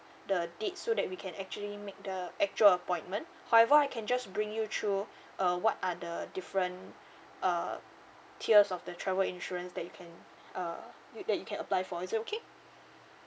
the date so that we can actually make the actual appointment however I can just bring you through uh what are the different uh tiers of the travel insurance that you can uh you can apply for is it okay